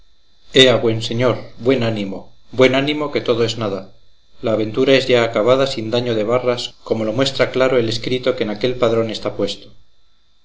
ea buen señor buen ánimo buen ánimo que todo es nada la aventura es ya acabada sin daño de barras como lo muestra claro el escrito que en aquel padrón está puesto